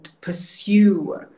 pursue